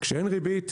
כשאין ריבית,